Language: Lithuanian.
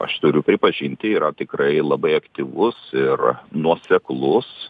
aš turiu pripažinti yra tikrai labai aktyvus ir nuoseklus